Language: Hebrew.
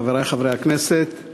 חברי חברי הכנסת,